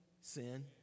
Sin